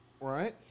right